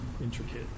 intricate